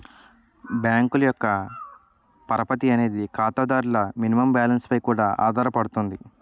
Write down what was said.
బ్యాంకుల యొక్క పరపతి అనేది ఖాతాదారుల మినిమం బ్యాలెన్స్ పై కూడా ఆధారపడుతుంది